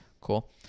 cool